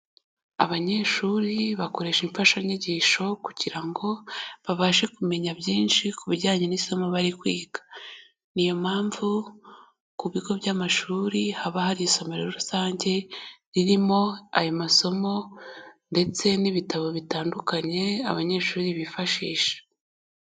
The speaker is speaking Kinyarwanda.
Abanyeshuri bakoresha imfashanyigisho kugira ngo babashe kumenya byinshi ku bijyanye n'isomo bari kwiga, niyo mpamvu ku bigo by'amashuri haba hari isomero rusange ririmo ayo masomo ndetse n'ibitabo bitandukanye abanyeshuri bifashisha.